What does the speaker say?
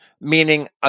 meaning